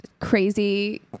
crazy